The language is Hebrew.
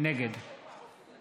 נגד